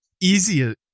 easy